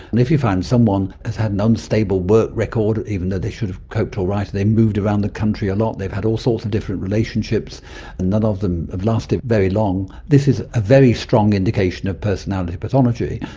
and if you find someone has had an unstable work record, even though they should have coped all right, and they moved around the country a lot, they've had all sorts of different relationships and none of them have lasted very long, this is a very strong indication of personality pathology.